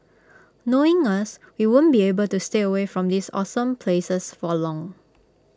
knowing us we won't be able to stay away from these awesome places for long